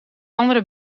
andere